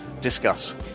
discuss